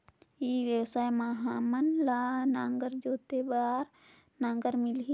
ई व्यवसाय मां हामन ला नागर जोते बार नागर मिलही?